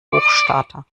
hochstarter